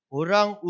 orang